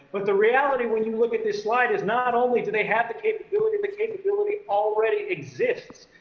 but the reality, when you look at this slide is, not only do they have the capability, the capability already exists.